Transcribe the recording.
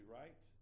right